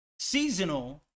seasonal